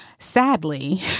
Sadly